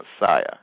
Messiah